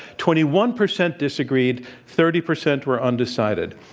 twenty one percent disagreed. thirty percent were undecided.